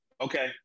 Okay